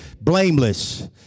blameless